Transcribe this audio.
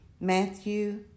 Matthew